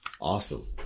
Awesome